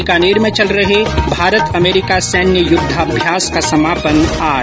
बीकानेर में चल रहे भारत अमेरिका सैन्य युद्धाभ्यास का समापन आज